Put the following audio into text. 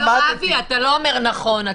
אבי, אתה לא אומר נכון.